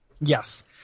Yes